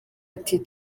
ati